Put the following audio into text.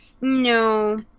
no